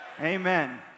Amen